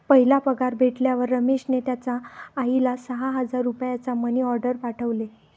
पहिला पगार भेटल्यावर रमेशने त्याचा आईला सहा हजार रुपयांचा मनी ओर्डेर पाठवले